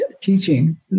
teaching